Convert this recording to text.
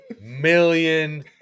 million